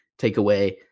takeaway